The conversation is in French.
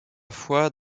fois